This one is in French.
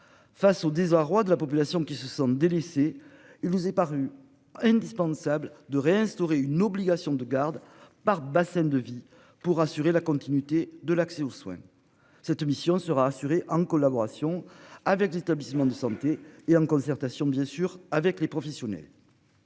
Face au désarroi de la population qui se sentent délaissés. Il nous est paru. Indispensable de réinstaurer une obligation de garde par bassin de vie pour assurer la continuité de l'accès aux soins. Cette mission sera assurée en collaboration avec l'établissement de santé et en concertation bien sûr avec les professionnels.--